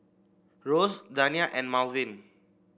Rose Dania and Malvin